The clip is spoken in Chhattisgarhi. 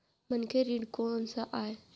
मनखे ऋण कोन स आय?